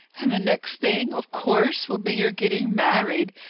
and the next thing, of course, will be your getting married!